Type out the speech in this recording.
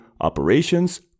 operations